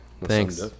Thanks